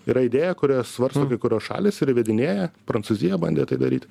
yra idėja kurią svarsto kai kurios šalys ir įvedinėja prancūzija bandė tai daryt